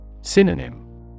Synonym